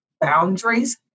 boundaries